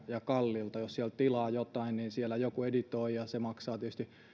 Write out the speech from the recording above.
ja kalliita saada jos sieltä tilaa jotain niin siellä joku editoi ja se maksaa tietysti